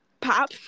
Pop